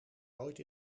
nooit